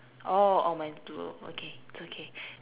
oh oh mine's blue okay it's okay